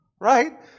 Right